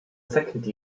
second